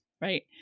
right